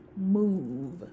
move